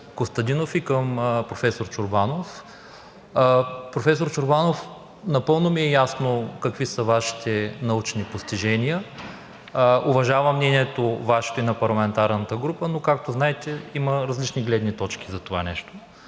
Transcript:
Костадинов и към професор Чорбанов. Професор Чорбанов, напълно ми е ясно какви са Вашите научни постижения. Уважавам Вашето мнение и на парламентарната група, но както знаете, има различни гледни точки. Аз съм